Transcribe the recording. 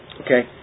Okay